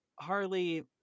Harley